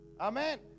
Amen